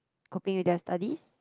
coping with their studies